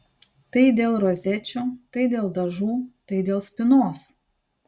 tai dėl rozečių tai dėl dažų tai dėl spynos